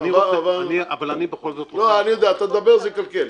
אבל אני בכל זאת רוצה --- אתה תדבר זה יקלקל.